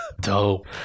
dope